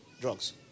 drugs